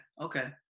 Okay